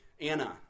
Anna